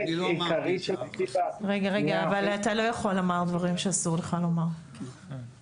אתה לא יכול לומר דברים שאסור לך לומר כי